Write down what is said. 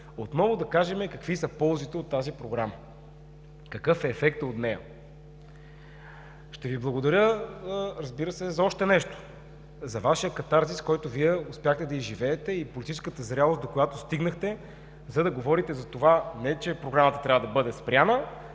отново да кажем какви са ползите от тази Програма, какъв е ефектът от нея. Ще Ви благодаря, разбира се, за още нещо – за Вашия катарзис, който Вие успяхте да изживеете и политическата зрялост, до който стигнахте, за да говорите за това – не, че Програмата трябва да бъде спряна,